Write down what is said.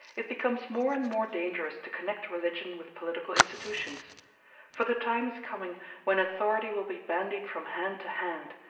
it becomes more and more dangerous to connect religion with political institutions for the time is coming when authority will be bandied from hand to hand,